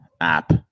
app